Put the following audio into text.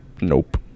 Nope